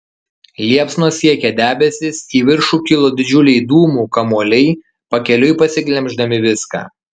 liepsnos siekė debesis į viršų kilo didžiuliai dūmų kamuoliai pakeliui pasiglemždami viską